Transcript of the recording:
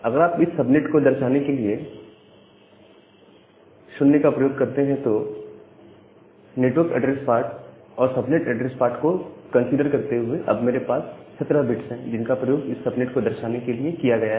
अगर आप इस सबनेट को दर्शाने के लिए इस 0 का प्रयोग करते हैं तो नेटवर्क एड्रेस पार्ट और सबनेट एड्रेस पार्ट को कंसीडर करते हुए अब मेरे पास 17 बिट्स हैं जिनका प्रयोग इस सबनेट को दर्शाने के लिए किया गया है